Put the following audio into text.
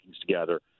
together